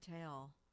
tell